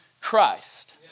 Christ